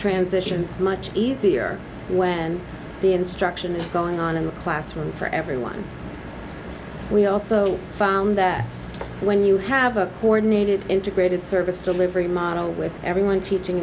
transitions much easier when the instruction is going on in the classroom for everyone we also found that when you have a coordinated integrated service delivery model with everyone teaching